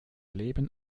leben